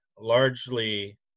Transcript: largely